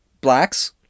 blacks